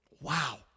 Wow